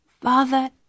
Father